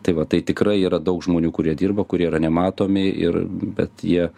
tai va tai tikrai yra daug žmonių kurie dirba kurie yra nematomi ir bet jie